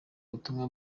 butumwa